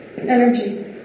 energy